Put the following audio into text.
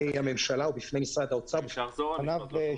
הממשלה או בפני משרד האוצר שתי אפשרויות: